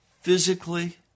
physically